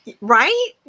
Right